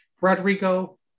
Rodrigo